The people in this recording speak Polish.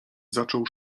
zaczął